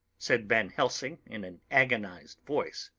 said van helsing in an agonised voice.